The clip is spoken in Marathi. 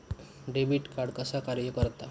डेबिट कार्ड कसा कार्य करता?